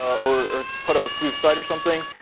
or put up a spoof site, or something,